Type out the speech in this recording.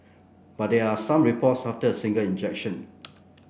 but there are some reports after a single injection